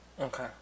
Okay